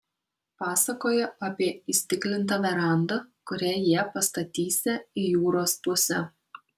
pasakojo apie įstiklintą verandą kurią jie pastatysią į jūros pusę